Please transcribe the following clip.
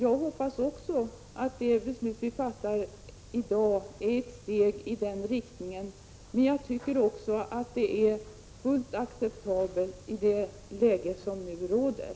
Jag hoppas att det beslut som vi fattar i dag är ett steg iden riktningen och jag tycker också att det är fullt acceptabelt i det läge som nu råder.